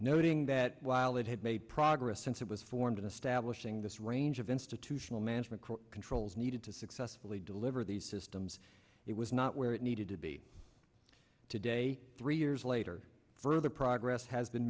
noting that while it had made progress since it was formed in establishing this range of institutional management controls needed to successfully deliver these systems it was not where it needed to be today three years later further progress has been